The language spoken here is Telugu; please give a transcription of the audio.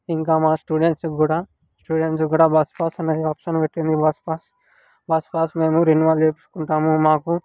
ఇంకా మా స్టూడెంట్స్ కూడా స్టూడెంట్స్ కూడా బస్ పాస్ అనేది ఆప్షన్ పెట్టింది బస్ పాస్ బస్ పాస్ మేము రెన్యూవల్ మాకు